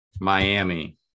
Miami